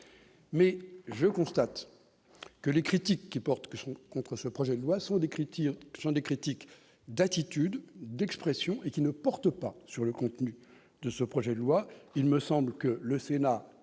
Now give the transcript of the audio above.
mais je constate que les critiques qui portent que sont contre ce projet de loi sont décrits tire sont des critiques d'attitude d'expression et qui ne porte pas sur le contenu de ce projet de loi, il me semble que le Sénat